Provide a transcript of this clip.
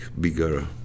bigger